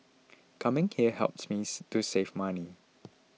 coming here helps me to save money